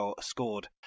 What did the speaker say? scored